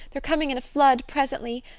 they're coming in a flood presently.